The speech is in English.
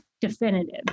definitive